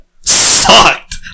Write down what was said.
sucked